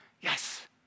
Yes